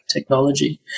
technology